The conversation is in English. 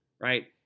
right